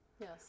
Yes